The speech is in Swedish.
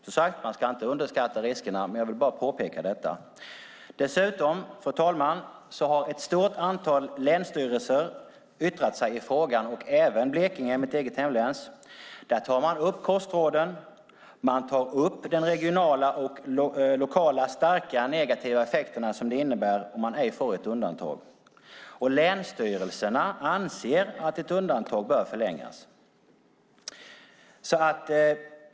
Man ska, som sagt, inte underskatta riskerna, men jag vill bara påpeka detta. Dessutom har ett stort antal länsstyrelser yttrat sig i frågan, även länsstyrelsen i mitt eget hemlän Blekinge. Där tar man upp kostråden, och man tar upp de regionala och lokala starka negativa effekterna som det innebär om man inte får ett undantag. Länsstyrelserna anser att ett undantag bör förlängas.